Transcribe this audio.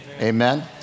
Amen